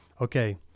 okay